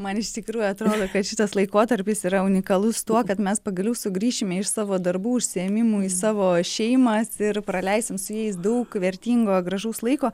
man iš tikrųjų atrodo kad šitas laikotarpis yra unikalus tuo kad mes pagaliau sugrįšime iš savo darbų užsiėmimų į savo šeimas ir praleisim su jais daug vertingo gražaus laiko